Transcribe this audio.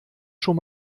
schon